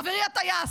חברי הטייס,